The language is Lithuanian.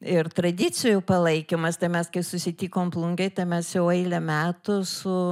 ir tradicijų palaikymas tai mes kai susitikom plungėj ta mes jau eilę metų su